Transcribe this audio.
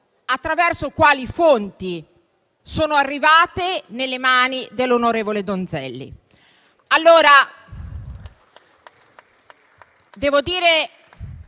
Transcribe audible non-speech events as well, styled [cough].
attraverso quali fonti sono arrivate nelle mani dell'onorevole Donzelli. [applause] Devo dire